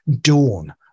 dawn